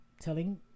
telling